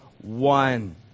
one